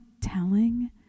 telling